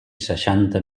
seixanta